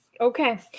Okay